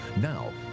Now